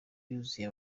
yuzuye